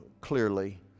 clearly